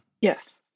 Yes